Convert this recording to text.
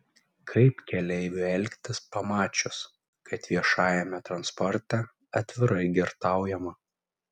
kaip keleiviui elgtis pamačius kad viešajame transporte atvirai girtaujama